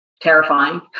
terrifying